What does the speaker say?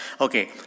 Okay